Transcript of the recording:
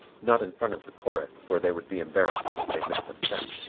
not in front of the chorus where they would be embarrassed if they missed a step,